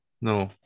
No